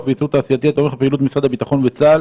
וייצור תעשייתי התומך בפעילות משרד הביטחון וצה"ל